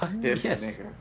Yes